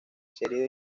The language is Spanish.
serie